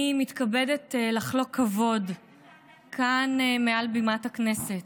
אני מתכבדת לחלוק כבוד כאן, מעל בימת הכנסת,